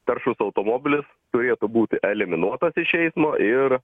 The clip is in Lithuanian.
taršus automobilis turėtų būti eliminuotas iš eismo ir